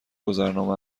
گذرنامه